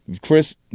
Chris